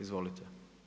Izvolite.